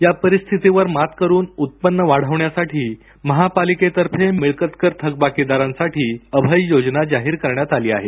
या परिस्थितीवर मात करुन उत्पन्न वाढविण्यासाठी महापालिकेतर्फे मिळकतकर थकबाकीदारांसाठी अभय योजना जाहीर करण्यात आली आहे